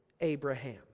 Abraham